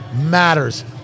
matters